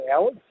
hours